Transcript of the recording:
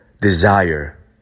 desire